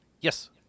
Yes